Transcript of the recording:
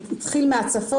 זה התחיל מהצפון,